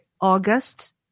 August